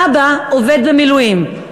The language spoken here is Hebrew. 'אבא עובד במילואים'.